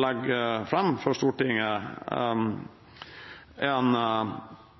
legge fram for Stortinget en